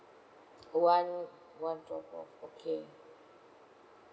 one one drop off okay